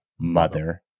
Mother